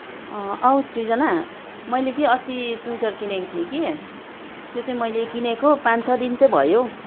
औ सृजना मैले के अस्ति स्विटर किनेको थिएँ कि त्यो चाहिँ मैले किनेको पाँच छ दिन चाहिँ भयो